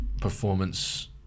performance